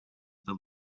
the